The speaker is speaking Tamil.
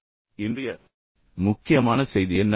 எனவே இன்றைய முக்கியமான செய்தி என்ன